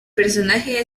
personaje